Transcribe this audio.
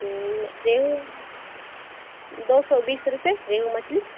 ریہو دو سو بیس روپئے ریہو مچھلی